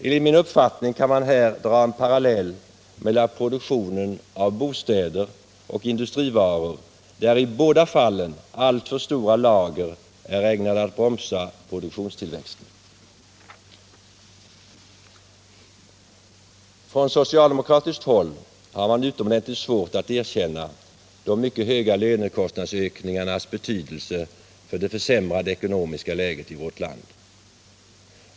Enligt min uppfattning kan man här dra en parallell mellan produktionen av bostäder och industrivaror, där i båda fallen alltför stora lager är ägnade att bromsa produktionstillväxten. Från socialdemokratiskt håll har man utomordentligt svårt att erkänna de mycket höga lönekostnadsökningarnas betydelse för det försämrade ekonomiska läget i vårt land.